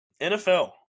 NFL